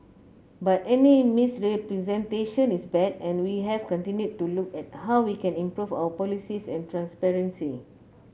but any misrepresentation is bad and we have continued to look at how we can improve our policies and transparency